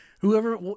whoever